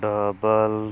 double